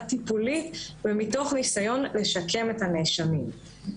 טיפולית ומתוך ניסיון לשקם את הנאשמים.